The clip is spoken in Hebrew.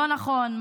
לא נכון,